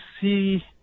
see